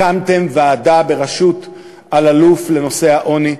הקמתם ועדה בראשות אלאלוף לנושא העוני,